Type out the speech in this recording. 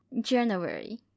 January